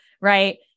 right